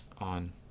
on